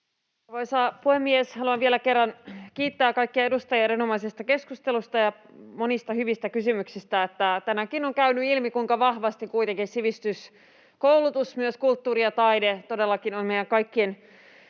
Haluan vielä kerran kiittää kaikkia edustajia erinomaisesta keskustelusta ja monista hyvistä kysymyksistä. Tänäänkin on käynyt ilmi, kuinka vahvasti kuitenkin sivistys, koulutus, kulttuuri ja taide todellakin on meidän kaikkien